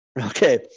Okay